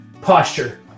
posture